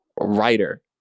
writer